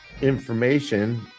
information